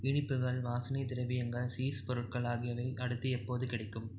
இனிப்புகள் வாசனை திரவியங்கள் சீஸ் பொருட்கள் ஆகியவை அடுத்து எப்போது கிடைக்கும்